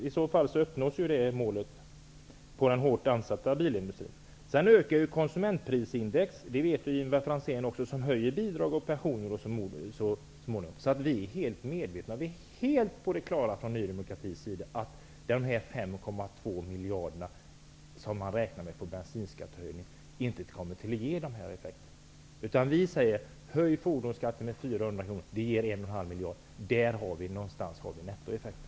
I så fall uppnås det målet inom den hårt utsatta bilindustrin. Konsumentprisindex ökar. Det vet Ivar Franzén också. Det höjer så småningom bidrag och pensioner. Vi är alltså från Ny demokratis sida helt klara över att bensinskattehöjningen inte kommer att ge de 5,2 miljarder som man räknar med att få in. Vi säger: Höj fordonsskatten med 400 kr.! Det ger 1,5 miljarder. Där någonstans är nettoeffekten.